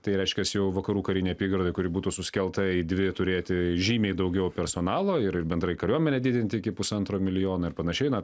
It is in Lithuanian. tai reiškias jau vakarų karinėj apygardoj kuri būtų suskelta į dvi turėti žymiai daugiau personalo ir bendrai kariuomenę didinti iki pusantro milijono ir panašiai na